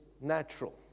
natural